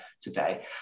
today